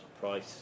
price